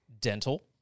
dental